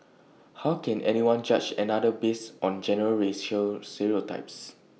how can anyone judge another based on general racial stereotypes